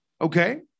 okay